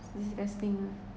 disgusting ah